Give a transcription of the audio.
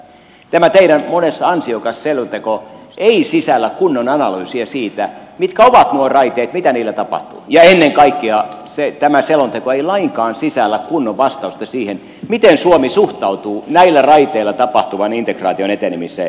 tämä teidän monessa ansiokas selontekonne ei sisällä kunnon analyysiä siitä mitkä ovat nuo raiteet mitä niillä tapahtuu ja ennen kaikkea tämä selonteko ei lainkaan sisällä kunnon vastausta siihen miten suomi suhtautuu näillä raiteilla tapahtuvan integraation etenemiseen